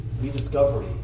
rediscovery